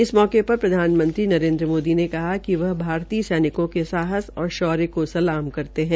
इस अवसर पर प्रधानमंत्री नरेन्द्र मोदी ने कहा है कि वह भारतीय सैनिकों के साहस और शौर्यको सलाम करते है